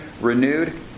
renewed